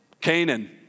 Canaan